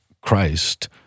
Christ